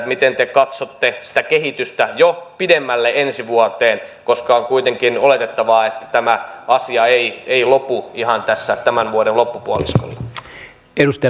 miten te katsotte sitä kehitystä jo pidemmälle ensi vuoteen koska on kuitenkin oletettavaa että tämä asia ei lopu ihan tässä tämän vuoden loppupuoliskolla